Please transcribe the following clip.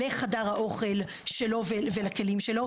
לחדר האוכל שלו ולכלים שלו,